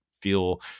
feel